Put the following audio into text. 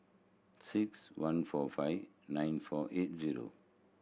six one four five nine four eight zero